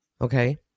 okay